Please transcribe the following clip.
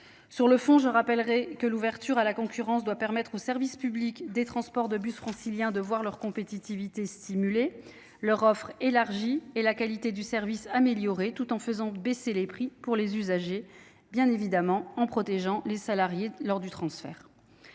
Sur le fond, je rappelle que l’ouverture à la concurrence doit permettre aux services publics des transports de bus franciliens de voir leur compétitivité stimulée, leur offre élargie et la qualité du service améliorée, tout en faisant baisser les prix pour les usagers et en protégeant les salariés lors du transfert.